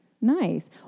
Nice